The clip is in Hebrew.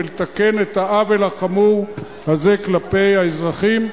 ולתקן את העוול החמור הזה כלפי אזרחים.